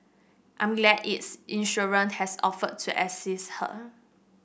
I'm glad its insurer has offered to assist her